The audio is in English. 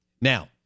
now